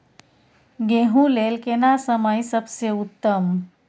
गेहूँ लेल केना समय सबसे उत्तम?